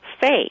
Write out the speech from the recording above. Faith